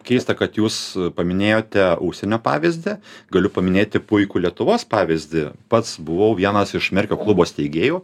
keista kad jūs paminėjote užsienio pavyzdį galiu paminėti puikų lietuvos pavyzdį pats buvau vienas iš merkio klubo steigėjų